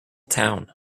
town